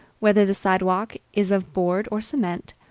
whether the sidewalk is of board or cement,